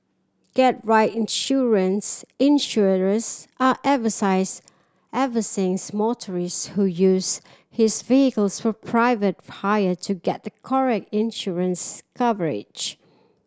get right insurance Insurers are motorists who use his vehicles for private hire to get the correct insurance coverage